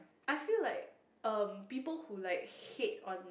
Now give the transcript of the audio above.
I feel like um people who like hate on